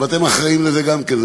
ואתם אחראים לזה גם כן,